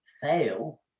fail